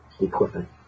equipment